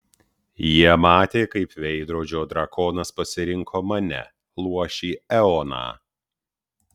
jie matė kaip veidrodžio drakonas pasirinko mane luošį eoną